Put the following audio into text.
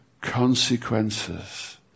consequences